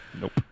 Nope